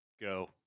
Go